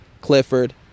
Clifford